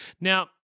Now